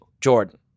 Jordan